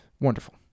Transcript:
wonderful